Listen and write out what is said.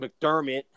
McDermott